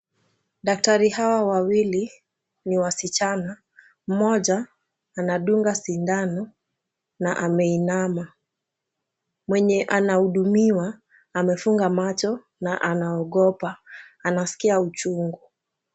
Daktari hawa wawili ni wasichana, mmoja anadunga sindano na ameinama. Mwenye anahudumiwa amefunga macho na anaogopa. Anasikia uchungu.